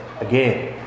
again